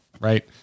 right